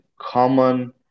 common